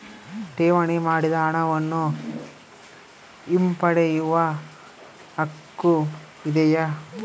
ಠೇವಣಿ ಮಾಡಿದ ಹಣವನ್ನು ಹಿಂಪಡೆಯವ ಹಕ್ಕು ಇದೆಯಾ?